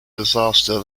disaster